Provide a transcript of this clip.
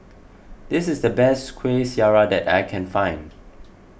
this is the best Kuih Syara that I can find